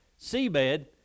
seabed